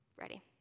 Ready